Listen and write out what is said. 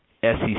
SEC